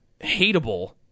hateable